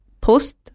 Post